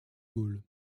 gaulle